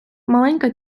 маленька